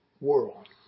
world